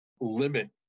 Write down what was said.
limit